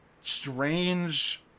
strange